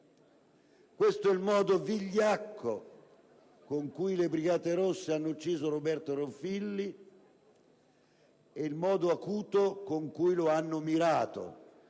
Questo è il modo vigliacco con cui le Brigate rosse hanno ucciso Roberto Ruffilli e il modo acuto con cui lo hanno mirato,